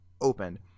opened